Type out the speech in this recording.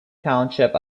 township